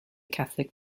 catholic